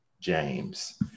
James